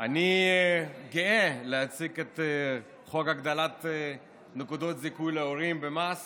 אני גאה להציג את חוק הגדלת נקודות זיכוי להורים במס